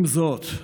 עם זאת,